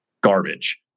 garbage